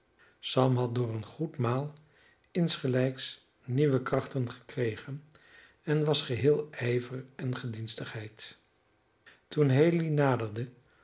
sam had door een goed maal insgelijks nieuwe krachten gekregen en was geheel ijver en gedienstigheid toen haley naderde